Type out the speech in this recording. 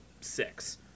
six